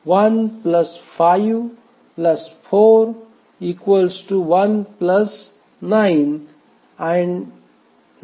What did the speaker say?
1 5 4 1 9 आणि 9 1 10